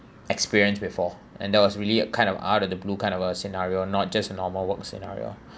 experienced before and that was really a kind of out of the blue kind of a scenario not just a normal work scenario